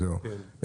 כן.